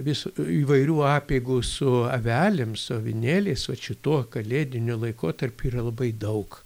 vis įvairių apeigų su avelėm su avinėliais vat šituo kalėdiniu laikotarpiu yra labai daug